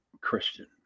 Christian